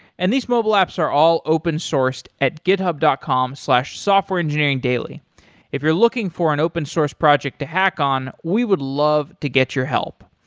and these mobile apps are all open sourced at github dot com slash softwareengineeringdaily. if you're looking for an open source project to hack on, we would love to get your help.